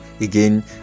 again